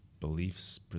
beliefs